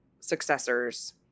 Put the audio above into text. successors